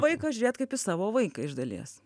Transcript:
vaiką žiūrėt kaip į savo vaiką iš dalies